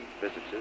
visitors